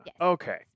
Okay